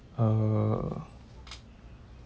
uh